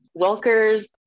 Wilker's